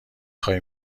خواهی